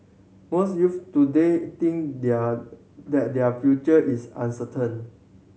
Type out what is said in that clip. most youths today think their that their future is uncertain